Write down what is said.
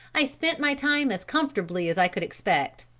i spent my time as comfortably as i could expect.